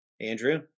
Andrew